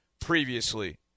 previously